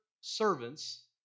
servants